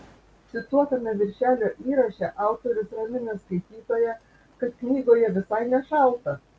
cituotame viršelio įraše autorius ramina skaitytoją kad knygoje visai nešalta